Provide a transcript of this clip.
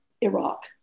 Iraq